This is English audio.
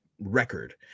record